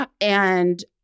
and-